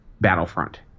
Battlefront